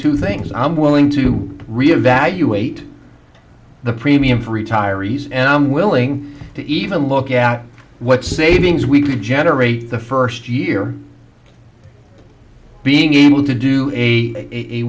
two things i'm willing to re evaluate the premium for retirees and i'm willing to even look at what savings we could generate the first year being able to do a